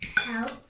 Help